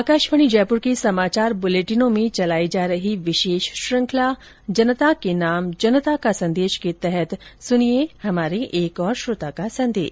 आकाशवाणी जयपुर के समाचार बुलेटिनों में चलाई जा रही विशेष श्रखंला जनता के नाम जनता का संदेश के तहत सुनिये हमारे श्रोता का संदेश